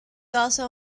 also